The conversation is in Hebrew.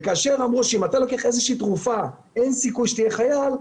וכאשר אמרו שאם אתה לוקח איזושהי תרופה אין סיכוי שתהיה חייל,